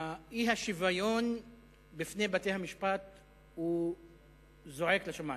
האי-שוויון בפני בתי-המשפט זועק לשמים.